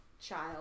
child